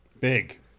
Big